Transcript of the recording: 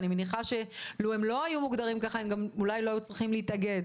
אני מניחה שאילו הם לא היו מוגדרים כך הם אולי לא היו צריכים להתאגד.